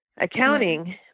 accounting